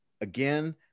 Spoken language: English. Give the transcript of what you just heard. Again